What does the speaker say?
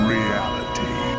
Reality